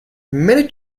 many